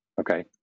okay